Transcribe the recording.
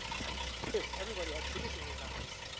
and tears, everybody had tears in his eyes,